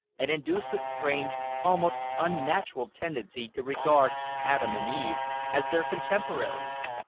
and induced a strange, almost unnatural tendency to regard adam and eve as their contemporaries.